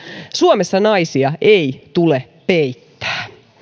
suomessa naisia ei tule peittää